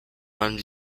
man